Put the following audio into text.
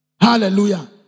Hallelujah